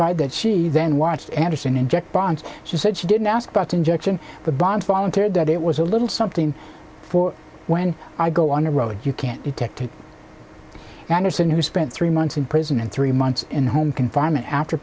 if i did she then watched anderson inject bonds she said she didn't ask about injection but bonds volunteered that it was a little something for when i go on the road you can't detect it anderson who spent three months in prison and three months in home confinement after